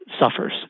suffers